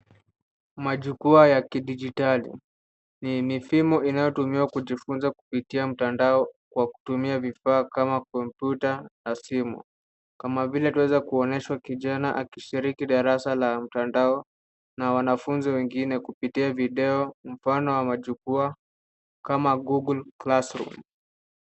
Majukwaa ya kidijitali. Ni mifimu inayotumiwa kujifunza kupitia mtandao kwa kutumia vifaa kama kompyuta, na simu. Kama vile tunaweza kuonyeshwa kijana akishiriki darasa la mtandao, na wanafunzi wengine kupitia video, mfano wa majukwaa kama Google classroom .